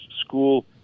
school